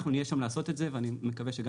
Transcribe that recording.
אנחנו נהיה שם לעשות את זה ואני מקווה שגם